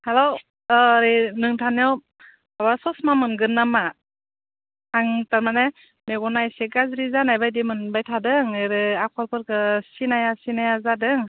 hello अ नोंथांनियाव माबा ससमा मोनगोन नामा आं थारमाने मेगना इसे गाज्रि जानाय बायदि मोनबाय थादों ओरै आखरफोरखौ सिनाया सिनाया जादों